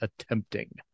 attempting